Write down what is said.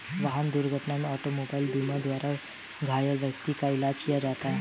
वाहन दुर्घटना में ऑटोमोबाइल बीमा द्वारा घायल व्यक्तियों का इलाज किया जाता है